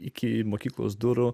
iki mokyklos durų